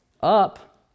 up